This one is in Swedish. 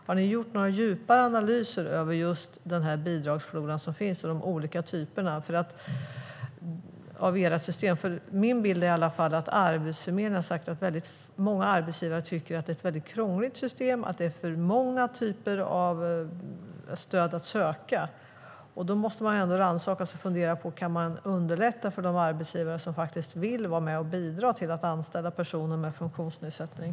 Har ni gjort några djupare analyser över den bidragsflora som finns i systemet? Min bild är i alla fall att Arbetsförmedlingen har sagt att väldigt många arbetsgivare tycker att det är ett väldigt krångligt system och att det finns för många typer av stöd att söka. Då måste man rannsaka sig själv och fundera över om man kan underlätta för de arbetsgivare som faktiskt vill vara med och bidra till att anställa personer med funktionsnedsättning.